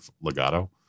Legato